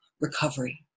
recovery